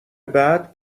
بعد